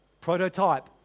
prototype